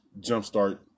jumpstart